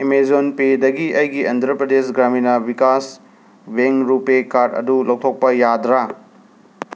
Amazon ꯄꯦꯗꯒꯤ ꯑꯩꯒꯤ Andhra Pradesh Grameena Vikas bank RuPay card ꯑꯗꯨ ꯂꯧꯊꯣꯛꯄ ꯌꯥꯗ꯭ꯔꯥ